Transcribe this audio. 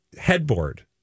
headboard